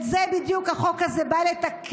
את זה בדיוק החוק הזה בא לתקן,